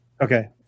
Okay